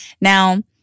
Now